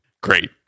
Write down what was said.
Great